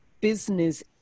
business